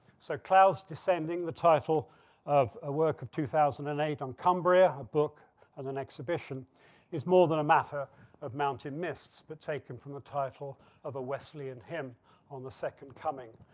so clouds descending the title of a work of two thousand and eight on cambria a book and an exhibition is more than a matter of mountain mists but taken from the title of a wesley and him on the second coming,